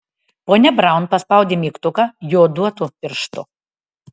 ponia braun paspaudė mygtuką joduotu pirštu